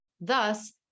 Thus